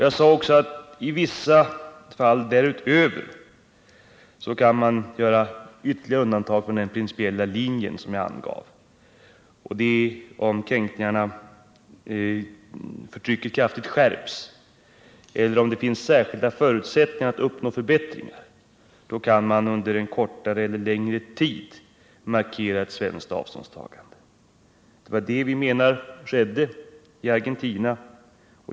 Jag sade också att i vissa fall därutöver kan man göra ytterligare undantag från den principiella linje som jag angav. Det är om förtrycket kraftigt skärps eller om det finns kilda förutsättningar att uppnå förbättringar som man under kortare eller längre tid kan markera ett svenskt avståndstagande. Det var det vi menar skedde i fallet Argentina.